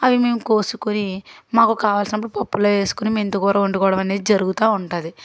అవి మేము కోసుకొని మాకు కావలసినప్పుడు పప్పులో వేసుకొని మెంతికూర వండుకోవడం అనేది జరుగుతూ ఉంటుంది